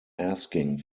asking